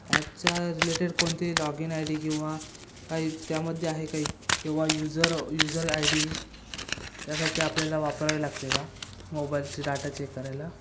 ॲपच्या रिलेटेड कोणते log in I D किंवा काही त्यामध्ये आहे काही किंवा युजर युजर आय डी त्यासाठी आपल्याला वापरावे लागते का मोबाईलच्या डाटा चेक करायला